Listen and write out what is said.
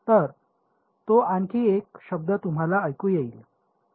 तर तो आणखी एक शब्द तुम्हाला ऐकू येईल